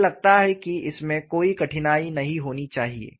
मुझे लगता है कि इसमें कोई कठिनाई नहीं होनी चाहिए